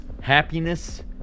happiness